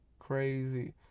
crazy